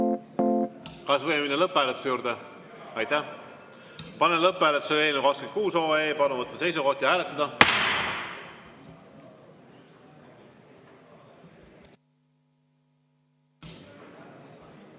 Kas võime minna lõpphääletuse juurde? Aitäh! Panen lõpphääletusele eelnõu 93. Palun võtta seisukoht ja hääletada!